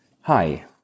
Hi